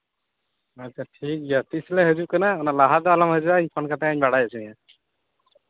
ᱟᱪᱪᱷᱟ ᱴᱷᱤᱠ ᱜᱮᱭᱟ ᱛᱤᱸᱥ ᱞᱮ ᱦᱤᱡᱩᱜ ᱠᱟᱱᱟ ᱚᱱᱟ ᱞᱟᱦᱟ ᱫᱚ ᱟᱞᱚᱢ ᱦᱤᱡᱩᱜᱼᱟ ᱤᱧ ᱯᱷᱳᱱ ᱠᱟᱛᱮᱫ ᱤᱧ ᱵᱟᱲᱟᱭ ᱦᱚᱪᱚ ᱢᱮᱭᱟ